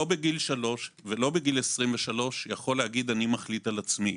בגיל 3 ולא בגיל 23 יכול לומר: אני מחליט על עצמי.